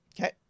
Okay